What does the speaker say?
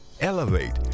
elevate